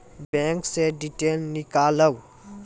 Bank से detail नीकालव?